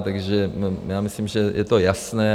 Takže myslím, že je to jasné.